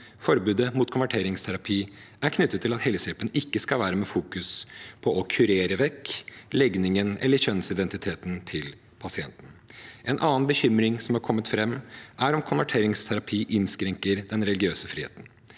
Forbudet mot konverteringsterapi er knyttet til at helsehjelpen ikke skal være med fokus på å kurere vekk legningen eller kjønnsidentiteten til pasienten. En annen bekymring som har kommet fram, er om konverteringsterapi innskrenker den religiøse friheten.